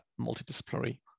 multidisciplinary